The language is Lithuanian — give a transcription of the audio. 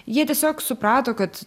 jie tiesiog suprato kad